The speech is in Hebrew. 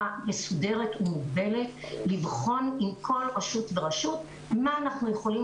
מסודרת ומוגבלת לבחון עם כל רשות ורשות מה אנחנו יכולים